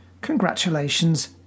congratulations